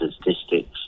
statistics